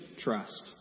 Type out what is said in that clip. trust